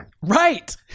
Right